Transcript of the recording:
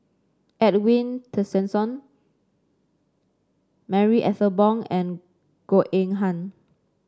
Edwin Tessensohn Marie Ethel Bong and Goh Eng Han